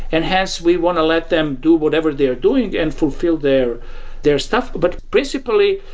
and hence, we want to let them do whatever they are doing and fulfill their their stuff. but principally,